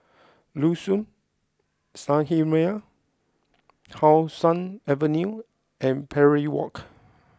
Liuxun Sanhemiao How Sun Avenue and Parry Walk